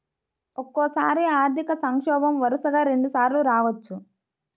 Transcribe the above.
ఒక్కోసారి ఆర్థిక సంక్షోభం వరుసగా రెండుసార్లు రావచ్చు